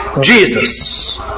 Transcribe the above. Jesus